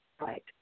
Right